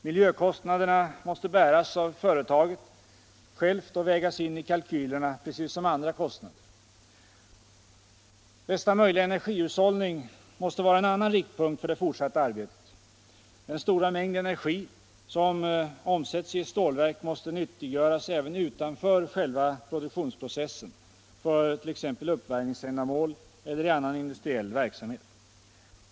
Miljökostnaderna måste bäras av företaget självt och vägas in i kalkylerna precis som andra kostnader. Bästa möjliga energihushållning måste vara en annan riktpunkt för det fortsatta arbetet. Den stora mängd energi som omsätts i ett stålverk måste nyttiggöras även utanför själva produktionsprocessen, för t.ex. uppvärmningsändamål eller i annan industriell verksamhet.